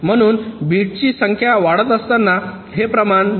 म्हणून बिट्सची संख्या वाढत असताना हे प्रमाण 0